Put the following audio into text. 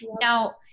Now